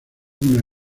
una